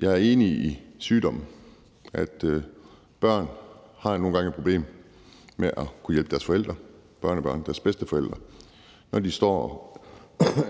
jeg er enig i det med sygdom. Børn har nogle gange et problem med at kunne hjælpe deres forældre – og børnebørn deres bedsteforældre – når disse